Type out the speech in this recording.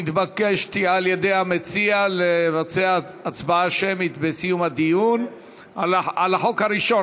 התבקשתי על-ידי המציע לבצע הצבעה שמית בסיום הדיון על החוק הראשון.